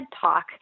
talk